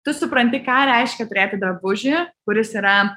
tu supranti ką reiškia turėti drabužį kuris yra